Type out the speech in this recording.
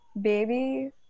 Baby